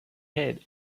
head